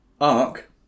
arc